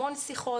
המון שיחות.